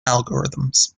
algorithms